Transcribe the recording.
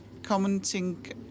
Commenting